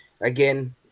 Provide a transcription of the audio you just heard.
again